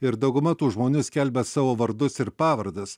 ir dauguma tų žmonių skelbia savo vardus ir pavardes